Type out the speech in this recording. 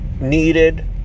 needed